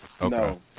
No